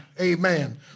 amen